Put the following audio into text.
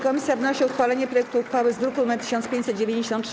Komisja wnosi o uchwalenie projektu uchwały z druku nr 1593.